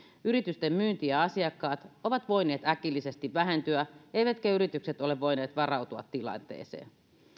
yritysten myynti ja asiakkaat ovat voineet äkillisesti vähentyä eivätkä yritykset ole voineet varautua tilanteeseen